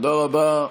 תודה רבה.